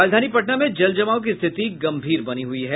राजधानी पटना में जल जमाव की स्थिति गंभीर बनी हुई है